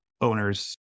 owners